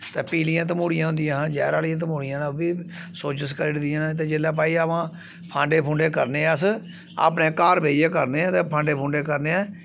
ते पीलियां तमूह्ड़ियां होंदियां हां जैह्र आह्लियां तमूह्ड़ियां उब्बी सोजिश करदियां न ते जिल्लै भाई हां ब फांडे फुंडे करने ऐं अस अपने घर बेहियै करने ते फांडे फुंडे करने